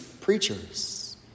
preachers